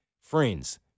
Friends